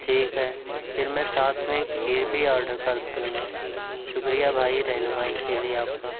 ٹھیک ہے پھر میں ساتھ میں ہی کھیر بھی آرڈر کر دوں گا شکریہ بھائی رہنمائی کے لیے آپ کا